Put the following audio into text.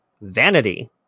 vanity